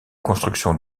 construction